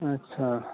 अच्छा